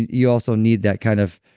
you also need that kind of.